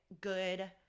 good